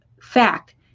fact